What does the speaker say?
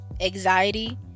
anxiety